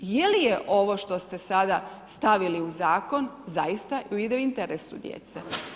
Je li je ovo što ste sada stavili u zakon zaista ide u interesu djece?